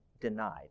denied